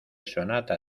sonata